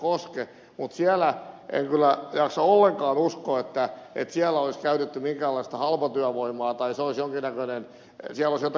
mutta en kyllä jaksa ollenkaan uskoa että siellä olisi käytetty minkäänlaista halpatyövoimaa tai siellä olisi jotakin epätervettä kilpailua